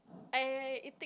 I I it